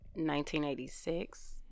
1986